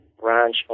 branch